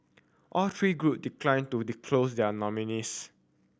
all three group declined to disclose their nominees